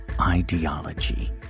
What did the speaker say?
ideology